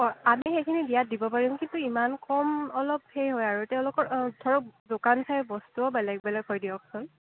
অঁ আমি সেইখিনি দিয়াত দিব পাৰিম কিন্তু ইমান কম অলপ সেই হয় আৰু তেওঁলোকৰ ধৰক দোকান চাই বস্তুৱো বেলেগ বেলেগ হয় দিয়কচোন